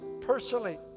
personally